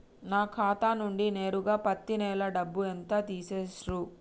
నా ఖాతా నుండి నేరుగా పత్తి నెల డబ్బు ఎంత తీసేశిర్రు?